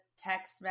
text